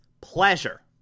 pleasure